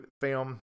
film